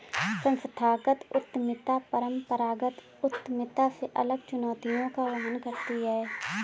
संस्थागत उद्यमिता परंपरागत उद्यमिता से अलग चुनौतियों का वहन करती है